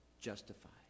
justified